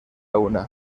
una